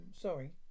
sorry